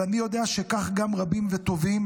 ואני יודע שכך גם רבים וטובים.